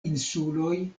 insuloj